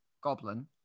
Goblin